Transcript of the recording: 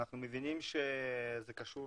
אנחנו מבינים שזה קשור